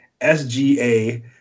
SGA